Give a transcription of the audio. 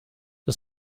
the